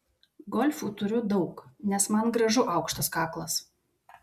golfų turiu daug nes man gražu aukštas kaklas